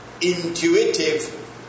intuitive